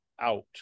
out